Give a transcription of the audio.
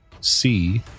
C-